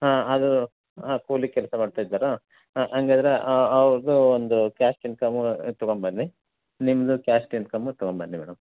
ಹಾಂ ಅದು ಹಾಂ ಕೂಲಿ ಕೆಲಸ ಮಾಡ್ತಾಯಿದ್ದಾರಾ ಹಾಂ ಹಂಗಿದ್ರೆ ಅವ್ರದ್ದು ಒಂದು ಕ್ಯಾಸ್ಟ್ ಇನ್ಕಮ್ಮು ತೊಗೊಬನ್ನಿ ನಿಮ್ಮದು ಕ್ಯಾಸ್ಟ್ ಇನ್ಕಮ್ಮು ತೊಗೊಬನ್ನಿ ಮೇಡಮ್